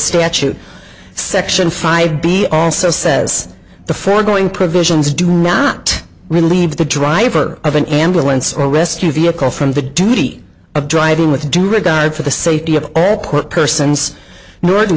statute section five b also says the foregoing provisions do not relieve the driver of an ambulance or rescue vehicle from the duty of driving with due regard for the safety of persons nor